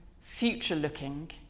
future-looking